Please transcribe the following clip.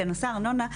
לנושא הארנונה.